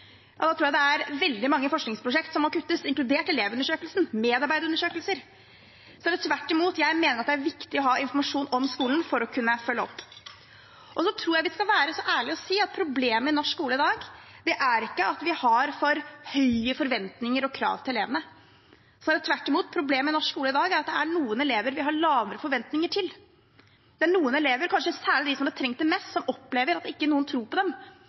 tror jeg det er veldig mange forskningsprosjekter som må kuttes, inkludert Elevundersøkelsen og medarbeiderundersøkelser. Jeg mener tvert imot at det er viktig å ha informasjon om skolen for å kunne følge opp. Så tror jeg vi skal være så ærlige å si at problemet i norsk skole i dag er ikke at vi har for høye forventninger og krav til elevene. Snarere tvert imot, problemet i norsk skole i dag er at det er noen elever vi har lavere forventninger til. Det er noen elever, kanskje særlig de som hadde trengt det mest, som opplever at ikke noen tror på dem,